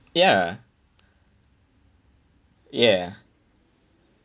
ya ya